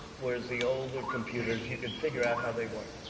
whereas the older computers you could figure out how they worked.